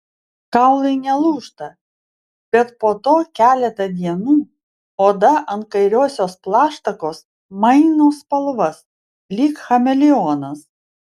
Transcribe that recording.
kaulai nelūžta bet po to keletą dienų oda ant kairiosios plaštakos maino spalvas lyg chameleonas